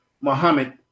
Muhammad